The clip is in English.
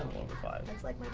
over five. that's like my